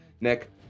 nick